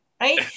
right